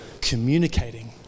communicating